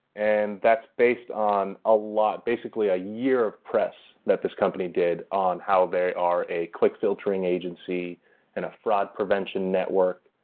and that's based on a lot basically, a year of press that this company did on how they are a click filtering agency and a fraud prevention network.